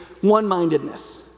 one-mindedness